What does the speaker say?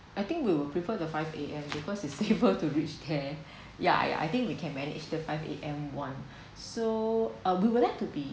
I think we will prefer the five A_M because it's able to reach there ya I I think we can manage the five A_M one so uh we will like to be